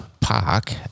Park